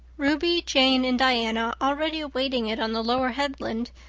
ruby, jane, and diana, already awaiting it on the lower headland,